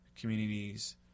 communities